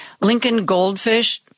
Lincoln-Goldfish